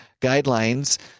guidelines